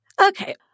Okay